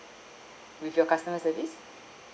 with your customer service